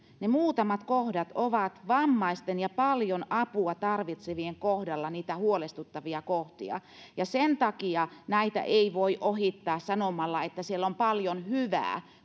ne muutamat kohdat ovat vammaisten ja paljon apua tarvitsevien kohdalla huolestuttavia kohtia sen takia näitä ei voi ohittaa sanomalla että siellä on paljon hyvää